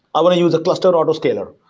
i want to use a cluster auto-scaler?